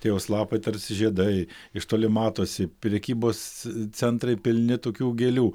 tie jos lapai tarsi žiedai iš toli matosi prekybos centrai pilni tokių gėlių